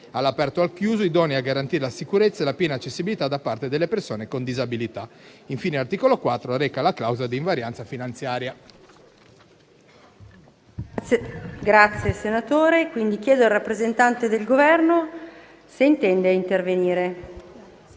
all'aperto o al chiuso idonei a garantire la sicurezza e la piena accessibilità da parte delle persone con disabilità. Infine, l'articolo 4 reca la clausola di invarianza finanziaria.